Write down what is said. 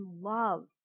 love